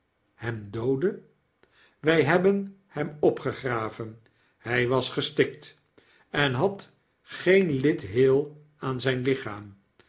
hem doodde wy hebben hem opgegraven hy was gestikt en had geen lid heel aan zyn lichaam